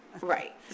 Right